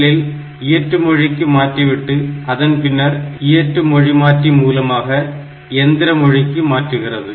முதலில் இயற்று மொழிக்கு மாற்றிவிட்டு அதன் பின்னர் இயற்று மொழிமாற்றி மூலமாக எந்திர மொழிக்கு மாற்றுகிறது